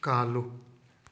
ꯀꯥꯜꯂꯨ